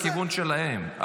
לא, זה איום לכיוון שלהם.